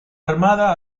armada